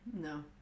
No